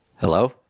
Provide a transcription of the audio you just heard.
Hello